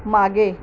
मागे